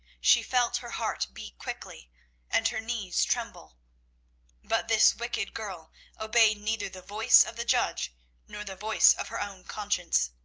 she felt her heart beat quickly and her knees tremble but this wicked girl obeyed neither the voice of the judge nor the voice of her own conscience.